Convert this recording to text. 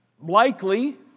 likely